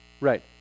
Right